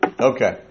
Okay